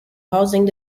housing